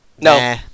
No